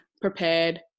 prepared